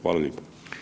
Hvala lijepo.